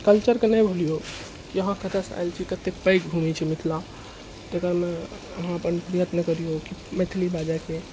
कल्चरके नहि भूलियौ की अहाँ कतयसँ आयल छी कते पैघ भूमि छै मिथिला तकरामे अहाँ अपन प्रयत्न करियौ मैथिली बाजैके